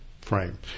frame